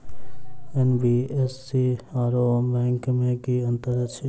NBFC आओर bank मे की अंतर अछि?